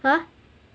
!huh!